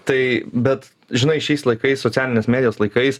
tai bet žinai šiais laikais socialinės medijos laikais